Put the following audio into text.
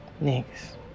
Next